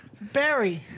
Barry